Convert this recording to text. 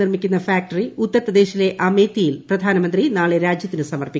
നിർമ്മിക്കുന്ന ഫാക്ടറി ഉത്തർപ്രദേശിലെ അമേത്തിയിൽ പ്രധാനമന്ത്രി നാളെ രാജ്യത്തിന് സമർപ്പിക്കും